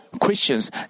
Christians